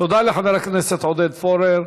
תודה לחבר הכנסת עודד פורר.